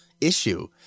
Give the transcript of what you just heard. issue